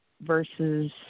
versus